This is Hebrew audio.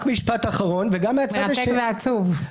מרתק ועצוב.